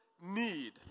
need